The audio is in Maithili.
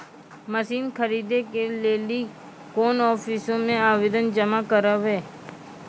मसीन खरीदै के लेली कोन आफिसों मे आवेदन जमा करवै?